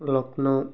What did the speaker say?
ଲକ୍ଷ୍ନୈ